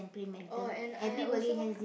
oh and I also